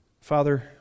Father